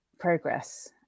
progress